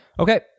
Okay